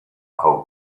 how